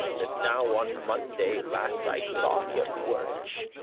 that now on monday last i saw him wirch.